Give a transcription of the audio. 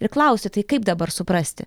ir klausi tai kaip dabar suprasti